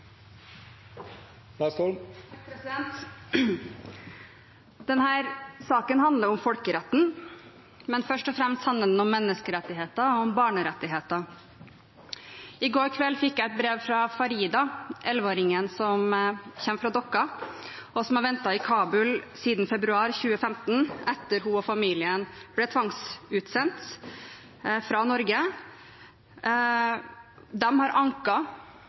saken handler om folkeretten, men først og fremst handler den om menneskerettigheter, om barnerettigheter. I går kveld fikk jeg et brev fra Farida, 11-åringen som kommer fra Dokka, og som har ventet i Kabul siden februar 2015 etter at hun og familien ble tvangsutsendt fra Norge. Staten har